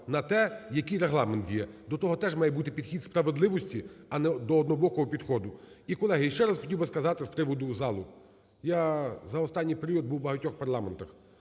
на те, який Регламент діє. До того теж має бути підхід справедливості, а не до… однобокого підходу. І колеги, ще раз хотів би сказати з приводу залу. Я за останній період був в багатьох парламентах,